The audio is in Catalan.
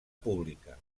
pública